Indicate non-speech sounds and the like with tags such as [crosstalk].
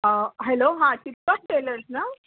آ hello ہاں [unintelligible] tailors نا